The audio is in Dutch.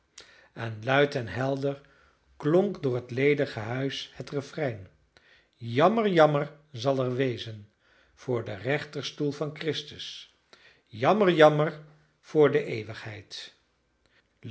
en luid en helder klonk door het ledige huis het refrein jammer jammer zal er wezen voor den rechterstoel van christus jammer jammer voor d'eeuwigheid